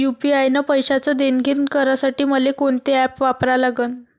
UPI न पैशाचं देणंघेणं करासाठी मले कोनते ॲप वापरा लागन?